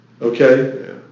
okay